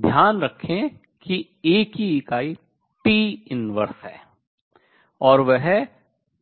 ध्यान रखें कि A की इकाई T inverse है और वह Bu के समान है